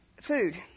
Food